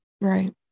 right